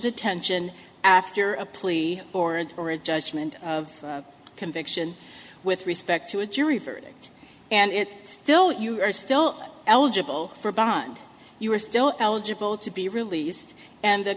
detention after a plea or an or a judgment of conviction with respect to a jury verdict and it still you are still eligible for bond you are still eligible to be released and the